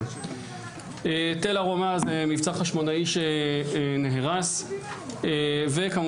תל ארומה זה מבצר חשמונאי שנהרס וכמובן